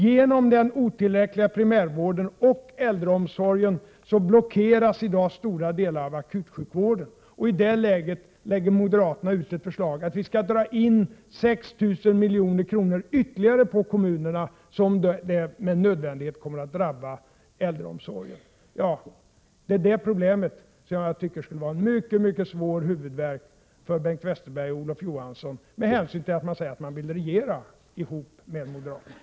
Genom den otillräckliga primärvården och äldreomsorgen blockeras i dag stora delar av akutsjukvården. I det läget framlägger moderaterna förslag om att dra in 6 000 milj.kr. ytterligare från kommunerna, vilket därmed med nödvändighet kommer att drabba äldreomsorgen. Det är det problemet som jag tycker skulle vara en mycket svår huvudvärk för Bengt Westerberg och Olof Johansson med hänsyn till att de säger sig vilja regera ihop med moderaterna.